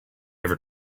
ever